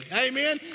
amen